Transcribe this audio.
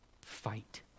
fight